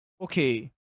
okay